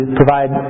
provide